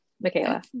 Michaela